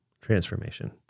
transformation